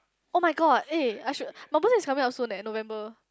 oh-my-god eh I should nobody is coming up soon eh November